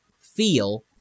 feel